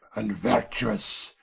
and vertuous,